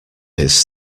his